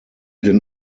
den